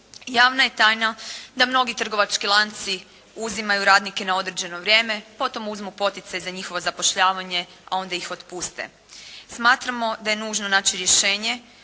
Javna je tajna da mnogi trgovački lanci uzimaju radnike na određeno vrijeme, potom uzmu poticaj za njihovo zapošljavanje a onda ih otpuste. Smatramo da je nužno naći rješenje